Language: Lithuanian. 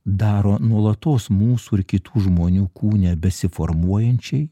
daro nuolatos mūsų ir kitų žmonių kūne besiformuojančiai